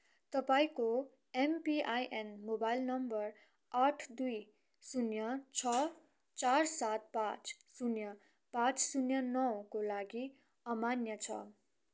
तपाईँको MPIN mobile number आठ दुई शून्य छ चार सात पाँच शून्य पाँच शून्य नौ को लागि अमान्य छ